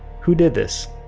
who did this?